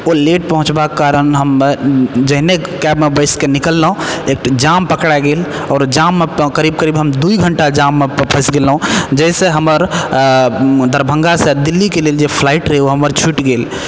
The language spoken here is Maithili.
ओ लेट पहुँचबाक कारण हम जहने कैबमे बैस कए निकललहुँ एगो जाम पकड़ा गेल आओर जाममे करीब करीब हम दुइ घण्टा जाममे फसि गेलहुँ जाहिसँ हमर दरभङ्गा सँ दिल्लीके लेल जे हमर फ्लाइट रहै ओ छुटि गेल